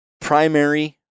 primary